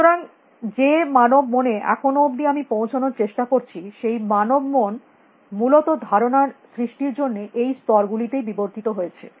সুতরাং যে মানব মনে এখনো অবধি আমি পৌঁছানোর চেষ্টা করছি সেই মানব মন মূলত ধারণা সৃষ্টির জন্য এই স্তর গুলিতেই বিবর্তিত হয়েছে